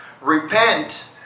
Repent